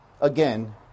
again